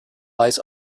lies